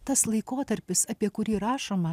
tas laikotarpis apie kurį rašoma